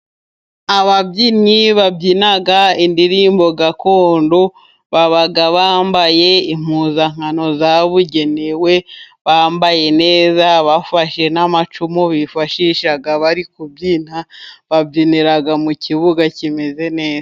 Ababyinnyi babyina indirimbo gakondo baba bambaye impuzankano zabugenewe, bambaye neza, bafashe n'amacumu bifashisha, bari kubyina, babyinira mu kibuga kimeze neza.